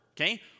Okay